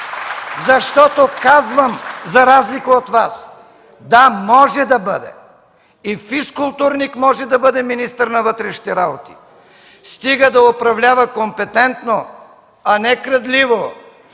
Защото казвам, за разлика от Вас, да, може да бъде – и физкултурник може да бъде министър на вътрешните работи, стига да управлява компетентно, а не крадливо,